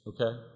Okay